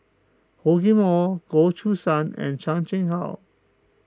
Hor Chim or Goh Choo San and Chan Chang How